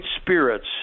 spirits